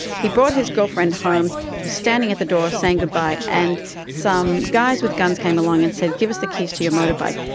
he brought his girlfriend home, he was standing at the door saying goodbye, and some guys with guns came along and said, give us the keys to your motorbike.